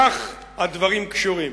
כך הדברים קשורים.